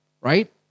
right